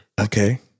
Okay